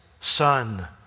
son